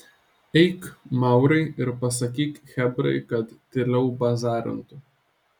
eik maurai ir pasakyk chebrai kad tyliau bazarintų